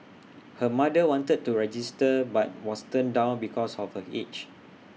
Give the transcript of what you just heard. her mother wanted to register but was turned down because of her age